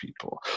people